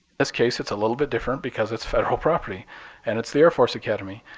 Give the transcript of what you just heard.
this case, it's a little bit different because it's federal property and it's the air force academy.